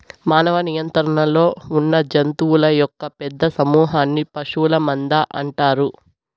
మానవ నియంత్రణలో ఉన్నజంతువుల యొక్క పెద్ద సమూహన్ని పశువుల మంద అంటారు